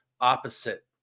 opposite